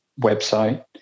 website